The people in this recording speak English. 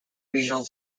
regional